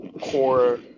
core